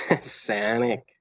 Sonic